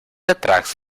attracts